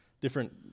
different